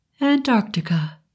Antarctica